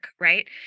right